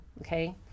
okay